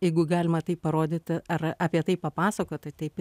jeigu galima tai parodyti ar apie tai papasakot tai taip